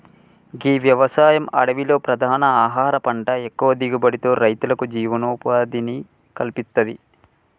గీ వ్యవసాయం అడవిలో ప్రధాన ఆహార పంట ఎక్కువ దిగుబడితో రైతులకు జీవనోపాధిని కల్పిత్తది